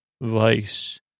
vice